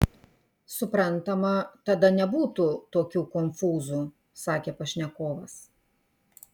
suprantama tada nebūtų tokių konfūzų sakė pašnekovas